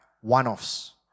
One-offs